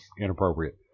inappropriate